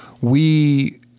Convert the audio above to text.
we-